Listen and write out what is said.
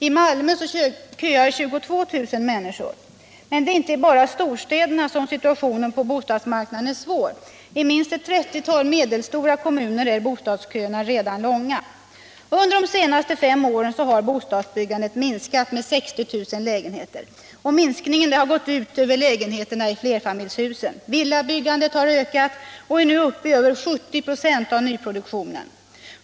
I Malmö köar 22 000 människor. Men det är inte bara i storstäderna som situationen på bostadsmarknaden är svår. I minst ett 30-tal medelstora kommuner är bostadsköerna redan långa. Under de senaste fem åren har bostadsbyggandet minskat med 60 000 lägenheter. Minskningen har gått ut över lägenheterna i flerfamiljshusen. Villabyggandet har ökat och är nu uppe i över 70 26 av nyproduktionen.